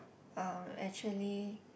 um actually